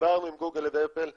דיברנו עם גוגל ועם אפל מלא,